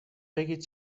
بگید